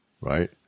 right